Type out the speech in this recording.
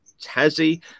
Tassie